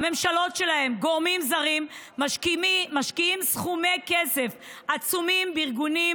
הממשלות שלהן וגורמים זרים משקיעים סכומים עצומים בארגונים